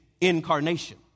incarnation